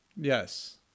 Yes